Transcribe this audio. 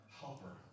helper